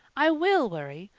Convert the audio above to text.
i will worry.